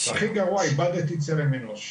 הכי גרוע, איבדתי צלם אנוש.